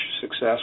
success